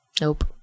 Nope